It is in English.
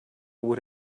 would